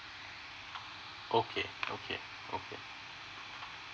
okay okay okay